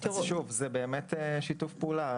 זה באמת עניין של שיתוף פעולה.